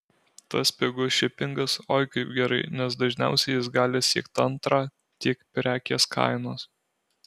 tas pigus šipingas oi kaip gerai nes dažniausiai jis gali siekt antrą tiek prekės kainos